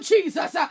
Jesus